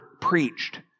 preached